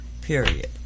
period